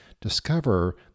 Discover